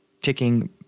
ticking